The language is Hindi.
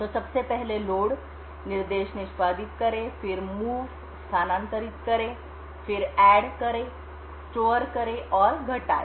तो सबसे पहले लोड निर्देश निष्पादित करें फिर स्थानांतरित करें जोड़ें स्टोर करें और घटाएं